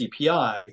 CPI